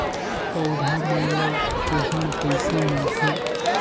पौधा मन ला पोषण कइसे मिलथे?